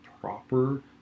proper